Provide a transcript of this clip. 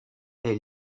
est